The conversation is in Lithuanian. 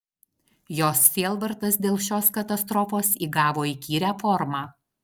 jos sielvartas dėl šios katastrofos įgavo įkyrią formą